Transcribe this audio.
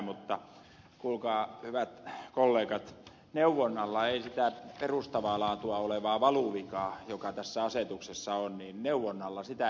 mutta kuulkaa hyvät kollegat neuvonnalla ei sitä perustavaa laatua olevaa valuvikaa joka tässä asetuksessa on korjata